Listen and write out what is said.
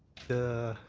the